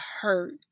hurt